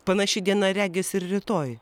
panaši diena regis ir rytoj